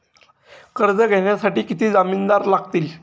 कर्ज घेण्यासाठी किती जामिनदार लागतील?